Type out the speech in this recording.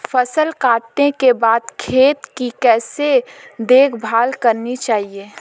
फसल काटने के बाद खेत की कैसे देखभाल करनी चाहिए?